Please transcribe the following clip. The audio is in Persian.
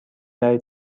برای